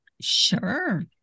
Sure